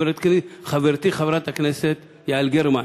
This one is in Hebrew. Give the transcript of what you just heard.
וחברתי חברת הכנסת יעל גרמן,